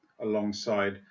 alongside